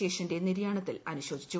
ശേഷന്റെ നിര്യാണത്തിൽ അനുശോചിച്ചു